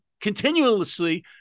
continuously